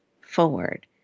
forward